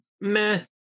meh